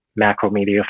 Macromedia